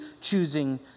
choosing